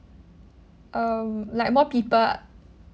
um like more people